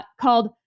called